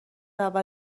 اول